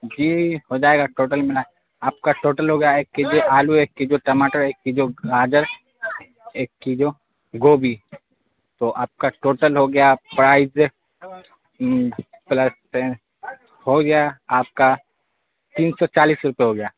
جی ہو جائے گا ٹوٹل ملا کے آپ کا ٹوٹل ہو گیا ایک کے جی آلو ایک کے جی ٹماٹر ایک کے جی گاجر ایک کے جی گوبھی تو آپ کا ٹوٹل ہو گیا فائیو پلس ٹین ہو گیا آپ کا تین سو چالیس روپئے ہو گیا